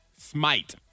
smite